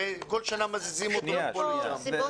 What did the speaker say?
הרי כל שנה מזיזים אותו מפה לשם.